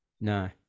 No